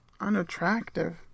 unattractive